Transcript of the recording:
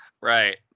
Right